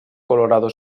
colorado